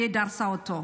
היידי, דרסה אותו.